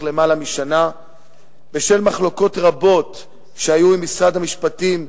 למעלה משנה בשל מחלוקות רבות שהיו עם משרד המשפטים,